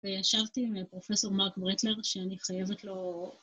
וישבתי עם פרופ' מרק ברטלר, שאני חייבת לו...